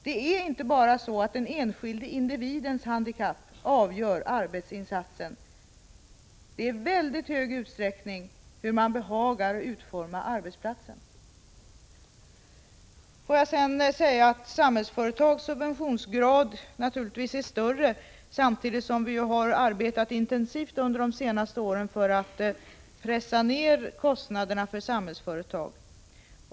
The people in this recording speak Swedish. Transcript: Det är inte bara den enskilde individens handikapp som avgör vilken arbetsinsats denne kan göra, utan det är i mycket stor utsträckning hur man behagar utforma arbetsplatsen. Får jag sedan säga att Samhällsföretags subventionsgrad naturligtvis är hög. Under de senaste åren har vi arbetat intensivt för att pressa ner kostnaderna för Samhällsföretag.